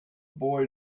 boy